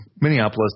Minneapolis